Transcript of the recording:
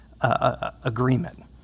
agreement